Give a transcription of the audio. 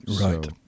Right